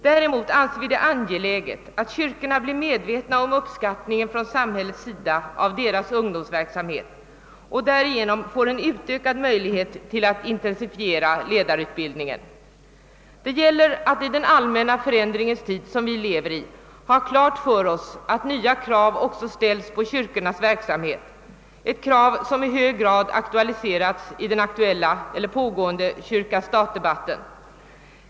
Däremot anser vi det angeläget att kyrkorna blir medvetna om uppskattningen från samhällets sida av deras ungdomsverksamhet och därigenom får ökad möjlighet att intensifiera ledarutbildningen. I den allmänna förändringens tid vi lever måste vi ha klart för oss att nya krav också ställs på kyrkornas verksamhet, krav som i hög grad aktualiserats i den pågående kyrka—stat-debatten.